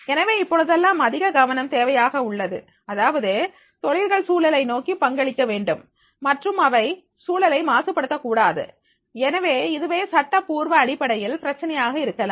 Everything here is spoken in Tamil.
எனவே இப்பொழுதெல்லாம் அதிக கவனம் தேவையாக உள்ளது அதாவது தொழில்கள் சூழலை நோக்கி பங்களிக்க வேண்டும் மற்றும் அவை சூழலை மாசுபடுத்த கூடாது எனவே இதுவே சட்டப்பூர்வ அடிப்படையில் பிரச்சினையாக இருக்கலாம்